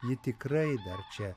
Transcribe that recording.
ji tikrai dar čia